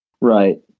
Right